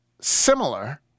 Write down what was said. similar